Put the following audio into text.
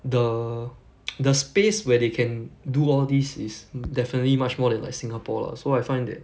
the the space where they can do all this is definitely much more than like singapore lah so I find that